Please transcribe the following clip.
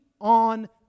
on